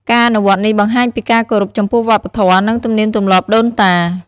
ការអនុវត្តន៍នេះបង្ហាញពីការគោរពចំពោះវប្បធម៌ និងទំនៀមទម្លាប់ដូនតា។